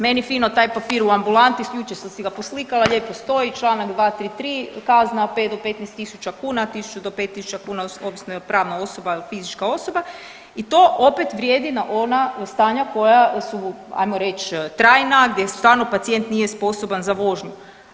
Meni fino taj papir u ambulanti, jučer sam si ga poslikala lijepo stoji članak 233. kazna 5 do 15 000 kuna, 1000 do 5000 kuna ovisno jel' pravna osoba ili fizička osoba i to opet vrijedi na ona stanja koja su hajmo reći trajna, gdje stvarno pacijent nije sposoban za vožnju.